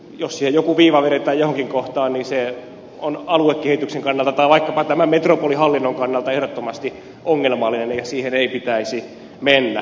jos siihen joku viiva vedetään johonkin kohtaan niin se on aluekehityksen kannalta tai vaikkapa tämän metropolihallinnon kannalta ehdottomasti ongelmallinen ja siihen ei pitäisi mennä